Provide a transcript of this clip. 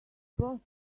boss